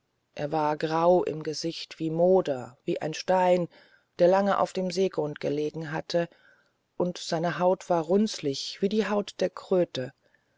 er war grau im gesicht wie moder wie ein stein der lange auf dem seegrund gelegen hat und seine haut war runzlig wie die haut der kröten